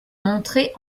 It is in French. montrés